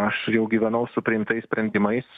aš jau gyvenau su priimtais sprendimais